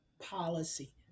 policy